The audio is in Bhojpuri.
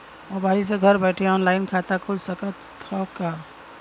मोबाइल से घर बैठे ऑनलाइन खाता खुल सकत हव का?